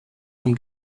von